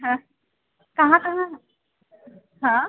हाँ कहाँ कहाँ हाँ